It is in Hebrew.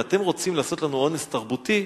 אם אתם רוצים לעשות לנו אונס תרבותי,